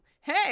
hey